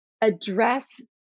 address